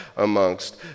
amongst